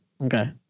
Okay